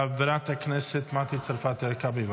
חברת הכנסת מטי צרפתי הרכבי,